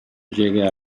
llegue